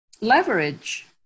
leverage